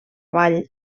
vall